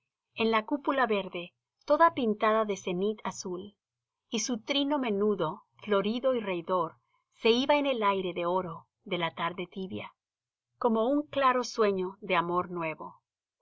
en la cúpula verde toda pintada de cenit azul y su trino menudo florido y reidor se iba en el aire de oro de la tarde tibia como un claro sueño de amor nuevo los